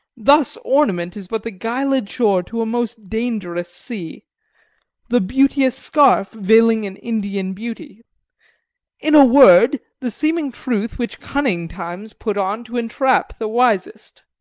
thus ornament is but the guiled shore to a most dangerous sea the beauteous scarf veiling an indian beauty in a word, the seeming truth which cunning times put on to entrap the wisest.